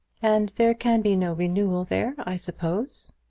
and there can be no renewal there, i suppose?